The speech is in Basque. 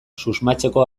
susmatzeko